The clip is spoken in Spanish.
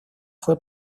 fue